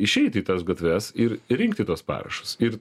išeiti į tas gatves ir rinkti tuos parašus ir